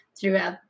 throughout